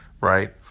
right